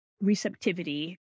receptivity